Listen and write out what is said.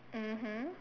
mmhmm